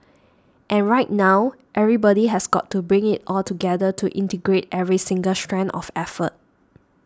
and right now everybody has got to bring it all together to integrate every single strand of effort